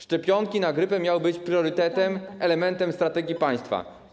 Szczepionki na grypę miały być priorytetem, elementem strategii państwa.